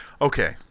Okay